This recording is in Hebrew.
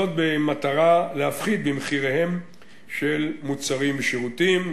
במטרה להפחית במחירים של מוצרים ושירותים,